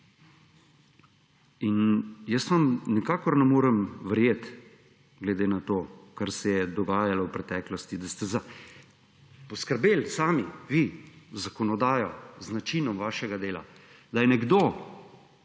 Jaz vam nikakor ne morem verjeti glede na to, kaj se je dogajalo v preteklosti, da ste poskrbeli sami, vi, z zakonodajo, z načinom vašega dela, da je nekdo